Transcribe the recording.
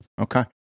Okay